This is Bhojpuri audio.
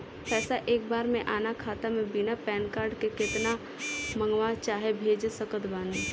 पैसा एक बार मे आना खाता मे बिना पैन कार्ड के केतना मँगवा चाहे भेज सकत बानी?